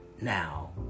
now